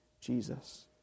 Jesus